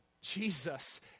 jesus